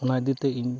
ᱚᱱᱟ ᱤᱫᱤᱛᱮ ᱤᱧ